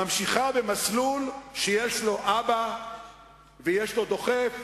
ממשיכה במסלול שיש לו אבא ויש לו דוחף,